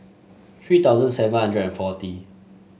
three thousand seven hundred and forty